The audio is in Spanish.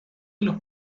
los